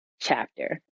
chapter